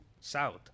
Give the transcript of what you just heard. South